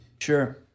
Sure